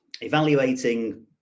evaluating